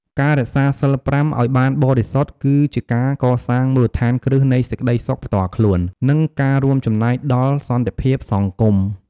ការរក្សាសីល ៥ ឲ្យបានបរិសុទ្ធ គឺជាការកសាងមូលដ្ឋានគ្រឹះនៃសេចក្តីសុខផ្ទាល់ខ្លួន និងការរួមចំណែកដល់សន្តិភាពសង្គម។